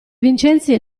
vincenzi